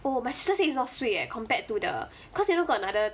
oh my it's not sweet eh compared to the cause you know got another